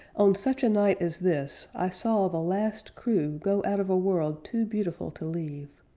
on such a night as this i saw the last crew go out of a world too beautiful to leave.